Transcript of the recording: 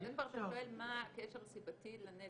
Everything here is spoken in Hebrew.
אתה שואל מה הקשר הסיבתי לנזק.